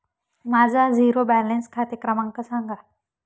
माझा zero balance खाते क्रमांक सांगा